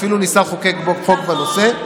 ואפילו ניסה לחוקק פה חוק בנושא,